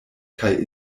kaj